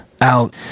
out